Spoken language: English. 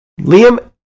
Liam